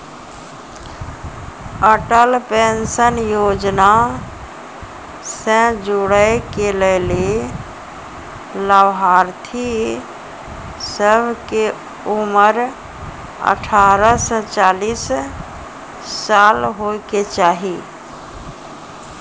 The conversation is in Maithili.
अटल पेंशन योजना से जुड़ै के लेली लाभार्थी सभ के उमर अठारह से चालीस साल होय के चाहि